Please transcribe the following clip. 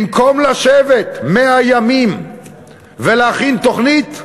במקום לשבת מאה ימים ולהכין תוכנית,